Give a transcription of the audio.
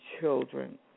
children